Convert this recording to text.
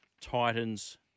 Titans